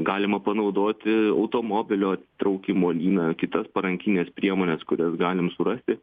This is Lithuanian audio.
galima panaudoti automobilio traukimo lyną kitas parankines priemones kurias galim surasti